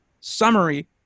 summary